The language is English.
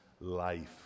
life